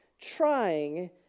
trying